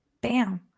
Bam